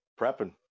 prepping